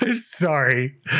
Sorry